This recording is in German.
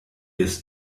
ist